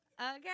Okay